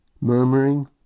Murmuring